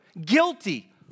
guilty